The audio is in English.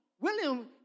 William